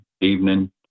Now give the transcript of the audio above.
evening